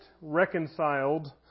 reconciled